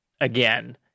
again